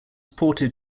ported